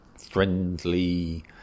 friendly